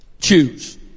choose